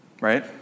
right